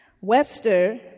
Webster